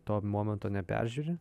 to momento neperžiūri